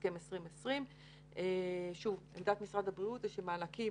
הסכם 2020. עמדת משרד הבריאות היא שמענקים